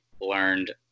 learned